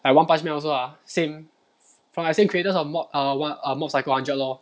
like one punch man also ah same from like same creators of mob err what err mob psycho one hundred lor